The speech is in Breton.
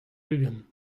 ugent